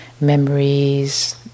memories